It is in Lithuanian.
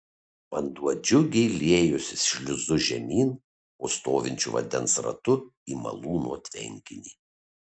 vanduo džiugiai liejosi šliuzu žemyn po stovinčiu vandens ratu į malūno tvenkinį